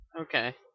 Okay